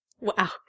Wow